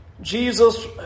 Jesus